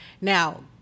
Now